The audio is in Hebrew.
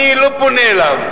אני לא פונה אליו,